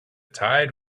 tide